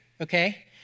okay